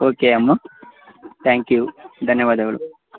okay ಅಮ್ಮ thank you ಧನ್ಯವಾದಗಳು